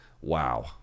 Wow